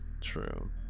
True